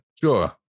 Sure